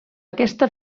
aquesta